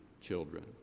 children